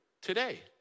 today